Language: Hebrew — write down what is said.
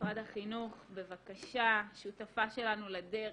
במשרד החינוך, שותפה שלנו לדרך,